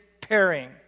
pairing